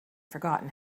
forgotten